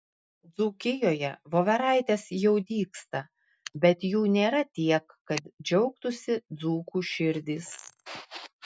dzūkijoje voveraitės jau dygsta bet jų nėra tiek kad džiaugtųsi dzūkų širdys